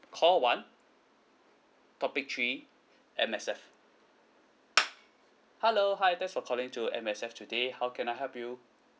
call one topic three M_S_F hello hi thanks for calling to M_S_F today how can I help you